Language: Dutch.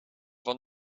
van